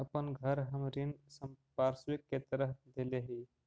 अपन घर हम ऋण संपार्श्विक के तरह देले ही